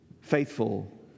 faithful